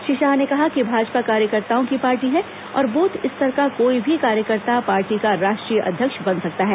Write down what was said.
श्री शाह ने कहा कि भाजपा कार्यकर्ताओं की पार्टी है और बूथ स्तर का कोई भी कार्यकर्ता पार्टी का राष्ट्रीय अध्यक्ष बन सकता है